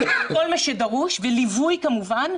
וליווי כמובן,